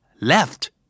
left